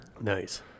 Nice